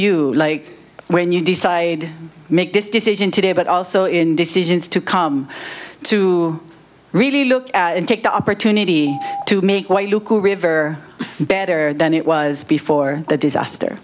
you when you decide make this decision today but also in decisions to come to really look at and take the opportunity to make what you call river better than it was before the disaster